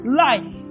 life